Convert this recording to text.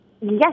Yes